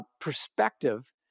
perspective